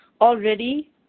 already